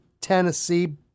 Tennessee